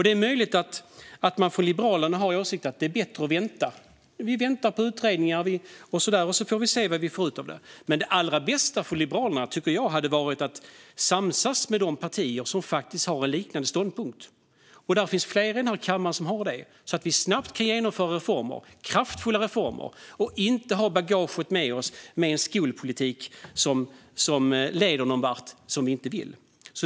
Det är möjligt att Liberalerna har åsikten att det är bättre att vänta, att vänta på utredningar och sedan se vad man får ut av det. Men jag tycker att det allra bästa för Liberalerna hade varit att samsas med de partier som har en liknande ståndpunkt - det finns fler i denna kammare som har det - så att vi snabbt skulle kunna genomföra kraftfulla reformer och inte ha med oss en skolpolitik i bagaget som leder någonstans dit vi inte vill.